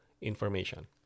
information